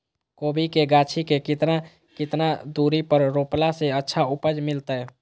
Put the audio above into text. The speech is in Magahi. कोबी के गाछी के कितना कितना दूरी पर रोपला से अच्छा उपज मिलतैय?